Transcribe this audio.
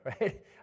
right